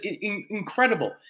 incredible